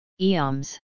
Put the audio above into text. EOMS